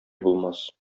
булмас